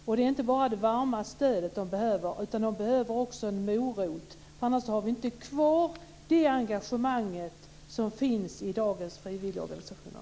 Och det är inte bara det varma stödet som de behöver, utan de behöver också en morot, annars har vi inte kvar det engagemang som finns i dagens frivilligorganisationer.